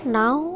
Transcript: now